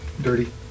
dirty